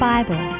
Bible